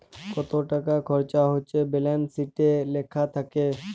কত টাকা খরচা হচ্যে ব্যালান্স শিটে লেখা থাক্যে